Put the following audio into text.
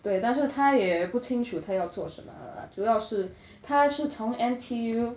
对但是他也不清楚他要做什么主要是他是从 N_T_U